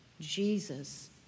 Jesus